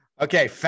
Okay